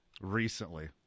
recently